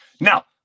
Now